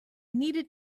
needed